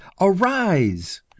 arise